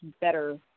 better